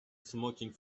smoking